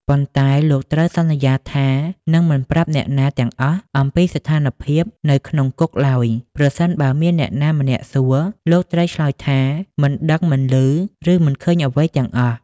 ប៉ុន្តែ លោកត្រូវសន្យាថានឹងមិនប្រាប់អ្នកណាទាំងអស់អំពីស្ថានភាពនៅក្នុងគុកឡើយ ប្រសិនបើមានអ្នកណាម្នាក់សួរ លោកត្រូវឆ្លើយថា មិនដឹង មិនឮ មិនឃើញអ្វីទាំងអស់។